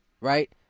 right